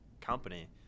company